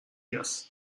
dios